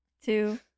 two